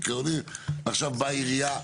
ועכשיו באה העירייה.